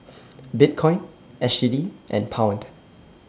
Bitcoin S G D and Pound